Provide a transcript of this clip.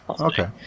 Okay